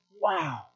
wow